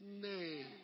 name